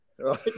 right